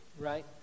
right